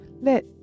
let